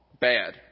bad